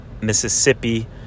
Mississippi